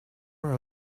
are